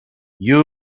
you